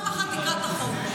פעם אחת תקרא את החוק.